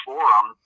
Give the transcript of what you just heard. Forum